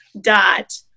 dot